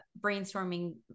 brainstorming